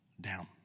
down